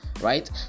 right